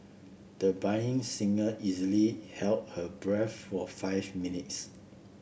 the budding singer easily held her breath for five minutes